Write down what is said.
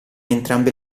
entrambe